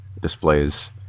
displays